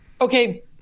Okay